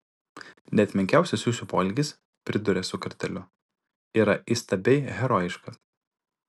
net menkiausias jūsų poelgis priduria su kartėliu yra įstabiai herojiškas